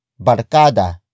Barcada